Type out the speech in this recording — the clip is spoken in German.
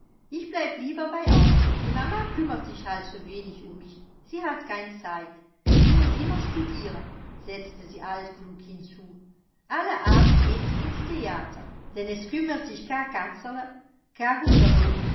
ich bleib lieber bei euch die mama kümmert sich halt so wenig um mich sie hat kein zeit sie muß immer studieren setzte sie altklug hinzu alle abend geht sie ins theater denn es kümmert sich ka